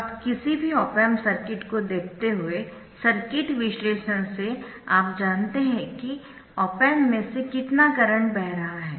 अब किसी भी ऑप एम्प सर्किट को देखते हुए सर्किट विश्लेषण से आप जानते है कि ऑप एम्प में से कितना करंट बह रहा है